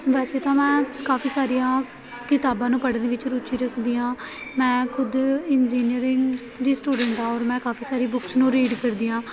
ਵੈਸੇ ਤਾਂ ਮੈਂ ਕਾਫ਼ੀ ਸਾਰੀਆਂ ਕਿਤਾਬਾਂ ਨੂੰ ਪੜ੍ਹਨ ਦੇ ਵਿੱਚ ਰੁਚੀ ਰੱਖਦੀ ਹਾਂ ਮੈਂ ਖੁਦ ਇੰਜੀਨੀਅਰਿੰਗ ਦੀ ਸਟੂਡੈਂਟ ਹਾਂ ਔਰ ਮੈਂ ਕਾਫ਼ੀ ਸਾਰੀ ਬੁੱਕਸ ਨੂੰ ਰੀਡ ਕਰਦੀ ਹਾਂ